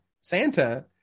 Santa